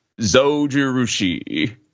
Zojirushi